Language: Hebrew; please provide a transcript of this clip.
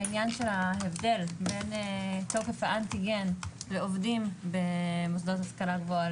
ההבדל בין תוקף האנטיגן לעובדים במוסדות השכלה גבוהה